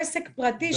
פרטי.